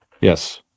yes